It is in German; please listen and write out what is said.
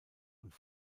und